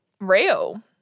real